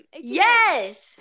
yes